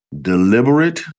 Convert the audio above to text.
Deliberate